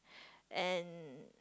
and